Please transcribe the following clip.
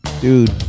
Dude